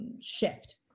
shift